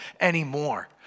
anymore